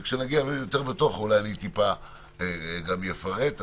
וכשנגיע יותר בתוך אולי אני טיפה גם אפרט.